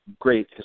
great